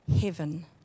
heaven